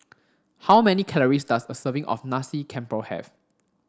how many calories does a serving of Nasi Campur have